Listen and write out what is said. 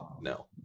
No